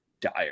dire